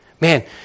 Man